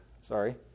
sorry